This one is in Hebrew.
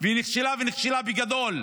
והיא נכשלה ונכשלה בגדול,